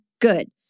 good